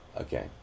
Okay